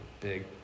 big